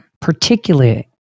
particularly